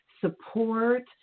support